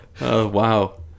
wow